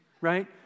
right